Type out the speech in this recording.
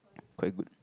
quite good